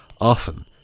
often